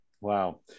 wow